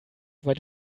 wide